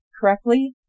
correctly